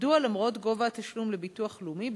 3. מדוע למרות גובה התשלום לביטוח לאומי,